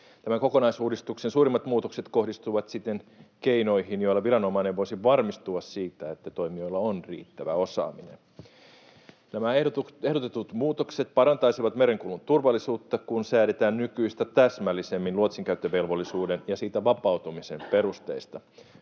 Tämän kokonaisuudistuksen suurimmat muutokset kohdistuvat siten keinoihin, joilla viranomainen voisi varmistua siitä, että toimijoilla on riittävä osaaminen. Nämä ehdotetut muutokset parantaisivat merenkulun turvallisuutta, kun luotsinkäyttövelvollisuuden ja siitä vapautumisen perusteista